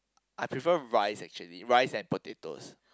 I prefer rice actually rice and potatoes